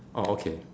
oh okay